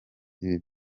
ibi